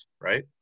right